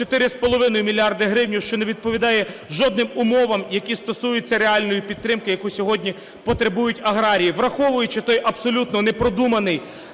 4,5 мільярда гривень, що не відповідає жодним умовам, які стосуються реальної підтримки, яку сьогодні потребують аграрії. Враховуючи той, абсолютно непродуманий,